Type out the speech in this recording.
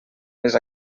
les